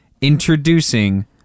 introducing